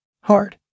Hard